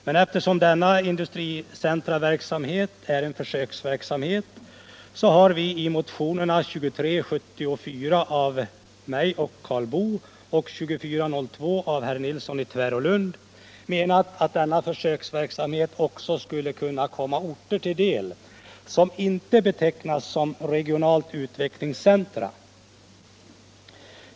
Men eftersom denna industricenterverksamhet är en försöksverksamhet, har vi i motionerna 2374 av mig själv och Karl Boo och 2402 av herr Nilsson i Tvärålund m.fl. menat, att denna försöksverksamhet också skulle kunna komma orter till del som inte betecknats som regionala utvecklingscentra.